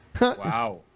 wow